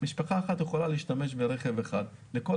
משפחה אחת יכולה להשתמש ברכב אחד לכל